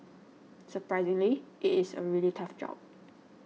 surprisingly it is a really tough job